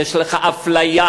יש לך "אפליה",